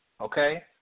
Okay